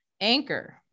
Anchor